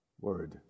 word